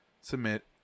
submit